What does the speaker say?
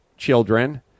children